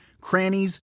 crannies